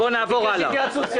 בואו נעבור הלאה.